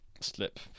slip